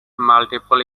multiple